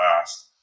last